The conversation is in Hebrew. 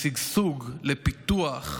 לשגשוג, לפיתוח,